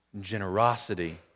generosity